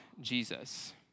Jesus